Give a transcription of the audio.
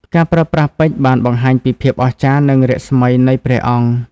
ការប្រើប្រាស់ពេជ្របានបង្ហាញពីភាពអស្ចារ្យនិងរស្មីនៃព្រះអង្គ។